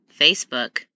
Facebook